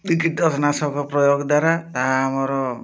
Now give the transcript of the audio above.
ନାଶକ ପ୍ରୟୋଗ ଦ୍ୱାରା ତାହା ଆମର